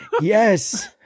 Yes